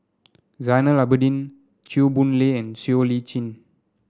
Zainal Abidin Chew Boon Lay and Siow Lee Chin